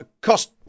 cost